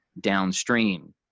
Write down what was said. downstream